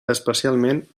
especialment